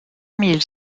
mille